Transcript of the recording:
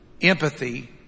Empathy